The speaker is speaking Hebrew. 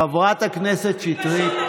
חברת הכנסת שטרית,